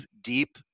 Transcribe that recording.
deep